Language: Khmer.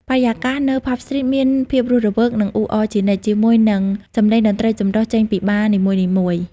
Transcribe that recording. បរិយាកាសនៅ Pub Street មានភាពរស់រវើក និងអ៊ូអរជានិច្ច ជាមួយនឹងសំឡេងតន្ត្រីចម្រុះចេញពីបារនីមួយៗ។